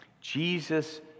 Jesus